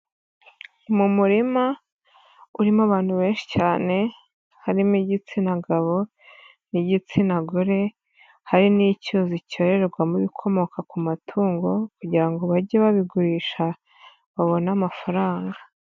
Mu murima urimo abantu benshi cyane, harimo igitsina gabo n'igitsina gore, hari n'icyuzi cyororerwamo ibikomoka ku matungo kugira ngo bage babigurisha babone amafaranga.